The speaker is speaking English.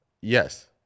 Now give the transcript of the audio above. Yes